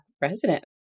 resident